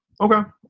Okay